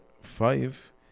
five